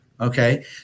Okay